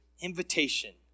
invitation